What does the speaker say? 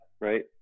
Right